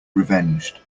revenged